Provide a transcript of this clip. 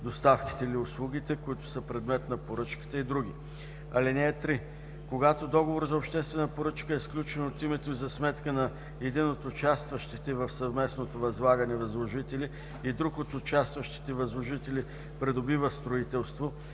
доставките или услугите, които са предмет на поръчката, и други. (3) Когато договор за обществена поръчка е сключен от името и за сметка на един от участващите в съвместното възлагане възложители и друг от участващите възложители придобива строителство,